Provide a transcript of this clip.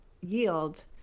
yield